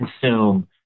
consume